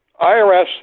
IRS